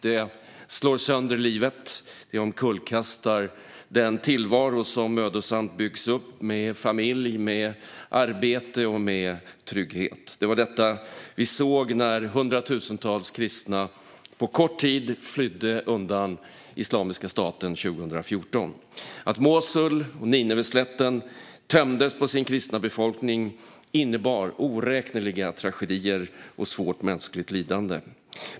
Det slår sönder livet, och det omkullkastar den tillvaro som mödosamt byggts upp med familj, arbete och trygghet. Det var detta vi såg när hundratusentals kristna på kort tid flydde undan Islamiska staten 2014. Att Mosul och Nineveslätten tömdes på sin kristna befolkning innebar oräkneliga tragedier och svårt mänskligt lidande.